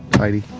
tidy